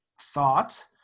thought